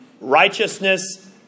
righteousness